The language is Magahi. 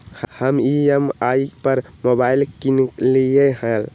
हम ई.एम.आई पर मोबाइल किनलियइ ह